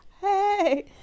hey